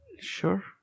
Sure